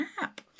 app